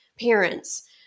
parents